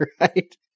right